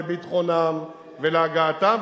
לביטחונם ולהגעתם,